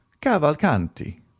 Cavalcanti